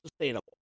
sustainable